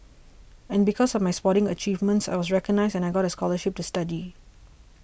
and because of my sporting achievements I was recognised and I got scholarships to study